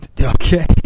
Okay